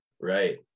Right